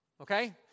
okay